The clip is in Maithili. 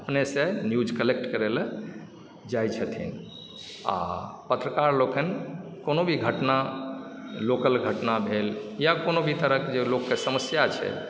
अपनेसँ न्यूज कलेक्ट करै लए जाइ छथिन आओर पत्रकार लोकनि कोनो भी घटना लोकल घटना भेल या कोनो भी तरहके लोककेँ जे समस्या छै